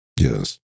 Yes